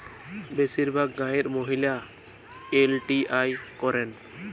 বেশিরভাগ গাঁয়ের মহিলারা এল.টি.আই করেন